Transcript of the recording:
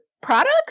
products